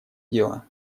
дело